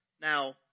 Now